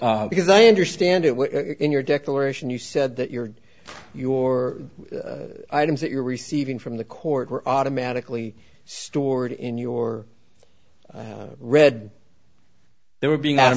it because i understand it in your declaration you said that your your items that you are receiving from the court were automatically stored in your red they were being out